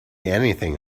anything